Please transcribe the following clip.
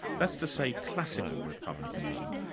that's to say classical republicanism,